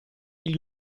gli